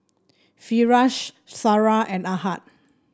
Firash Sarah and Ahad